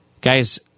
Guys